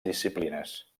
disciplines